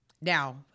Now